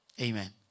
Amen